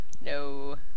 No